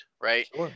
Right